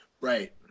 Right